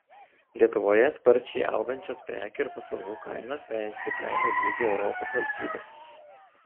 lietuvoje sparčiai augančios prekių ir paslaugų kainos vejasi kainų lygį europos valstybėse